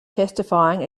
testifying